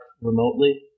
remotely